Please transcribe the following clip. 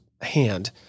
hand